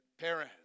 Perez